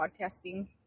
podcasting